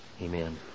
Amen